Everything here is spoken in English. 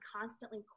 constantly